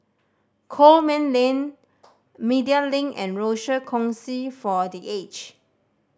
Coleman Lane Media Link and Rochor Kongsi for The Aged